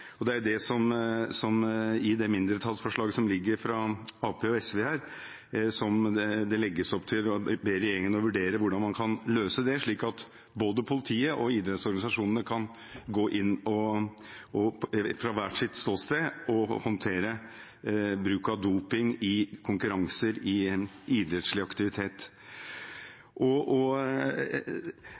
Det er det som ligger i mindretallsforslaget fra Arbeiderpartiet og SV, der det legges opp til å be regjeringen vurdere hvordan man kan løse det slik at både politiet og idrettsorganisasjonene kan gå inn fra hvert sitt ståsted og håndtere bruk av doping i konkurranser i idrettslig aktivitet. Det andre punktet hvor det er uenighet, er om en skal legge WADAs forbudsliste til grunn. I og